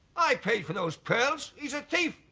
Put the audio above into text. i paid for those pearls! he's a thief!